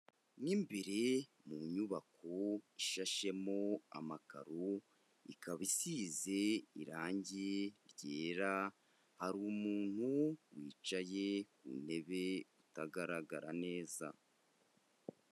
Mo imbere mu nyubako ishashemo amakaro, ikaba isize irange ryera, hari umuntu wicaye ku ntebe utagaragara neza.